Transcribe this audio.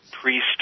priest